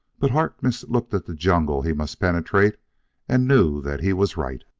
but harkness looked at the jungle he must penetrate and knew that he was right.